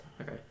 Okay